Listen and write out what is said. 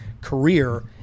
career